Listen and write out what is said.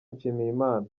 nshimiyimana